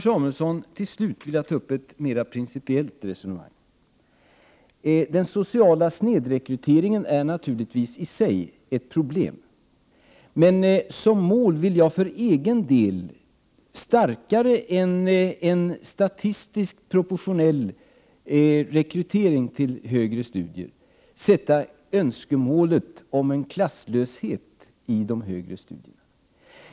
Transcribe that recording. Jag vill till slut, Björn Samuelson, ta upp ett mer principiellt resonemang. Den sociala snedrekryteringen är naturligtvis i sig ett problem, men som mål vill jag för egen del starkare än statistiskt proportionell rekrytering till högre studier sätta önskemålet om en klasslöshet i de högre studierna.